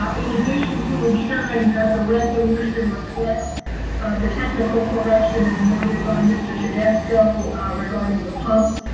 um in addition to ensuring that the resolution reflects the technical correction as noted by mr. todesco regarding the pumps,